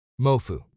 MoFu